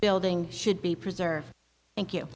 building should be preserved thank you